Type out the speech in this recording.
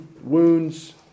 wounds